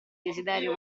desiderio